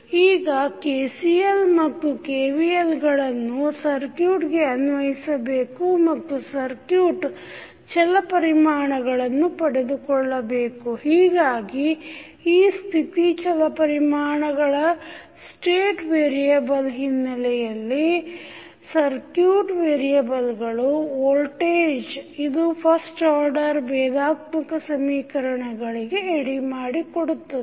ಈಗ KCL ಮತ್ತು KVL ಗಳನ್ನು ಸರ್ಕ್ಯೂಟ್ ಗೆ ಅನ್ವಯಿಸಬೇಕು ಮತ್ತು ಸರ್ಕ್ಯೂಟ್ ವೇರಿಯೆಬಲ್ಗಳನ್ನು ಪಡೆದುಕೊಳ್ಳಬೇಕು ಹೀಗಾಗಿ ಈ ಸ್ಥಿತಿ ಚಲ ಪರಿಮಾಣ ಗಳstate ಹಿನ್ನೆಲೆಯಲ್ಲಿ ಸರ್ಕ್ಯೂಟ್ ವೇರಿಯೆಬಲ್ಗಳು ವೋಲ್ಟೇಜ್ ಇದು ಫಸ್ಟ್ ಆರ್ಡರ್ ಭೇದಾತ್ಮಕ ಸಮೀಕರಣಗಳಿಗೆ ಎಡೆಮಾಡಿಕೊಡುತ್ತದೆ